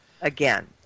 again